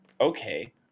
okay